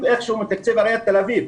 איך שהוא מתקצב את עיריית תל אביב.